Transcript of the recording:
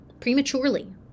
prematurely